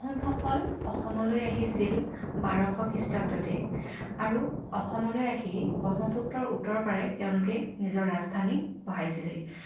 আহোমসকল অসমলৈ আহিছিল বাৰশ খ্ৰীষ্টাব্দতে আৰু অসমলৈ আহি ব্ৰহ্মপুত্ৰৰ উত্তৰ পাৰে তেওঁলোকে নিজৰ ৰাজধানী বহাইছিলহি